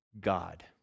God